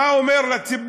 מה הוא אומר לציבור?